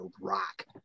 rock